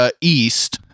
East